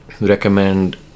recommend